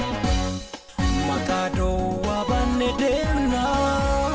and you know